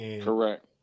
Correct